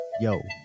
yo